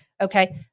Okay